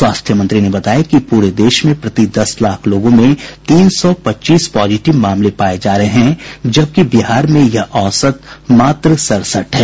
स्वास्थ्य मंत्री ने बताया कि पूरे देश में प्रति दस लाख लोगों में तीन सौ पच्चीस पॉजिटिव मामले पाये जा रहे हैं जबकि बिहार में यह संख्या मात्र सड़सठ है